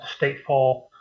stateful